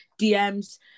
DMs